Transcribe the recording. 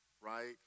right